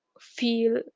feel